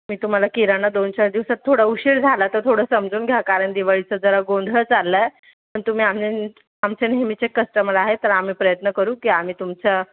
मी तुम्हाला किराणा दोन चार दिवसात थोडा उशीर झाला तर थोडं समजून घ्या कारण दिवाळीचं जरा गोंधळ चालला आहे पण तुम्ही आम्ही आमचे नेहमीचे कस्टमर आहे तर आम्ही प्रयत्न करू की आम्ही तुमचं